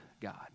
God